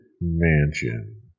Mansion